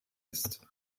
ist